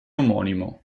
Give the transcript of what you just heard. omonimo